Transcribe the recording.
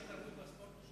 תרבות וספורט.